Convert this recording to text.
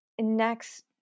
next